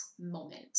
moment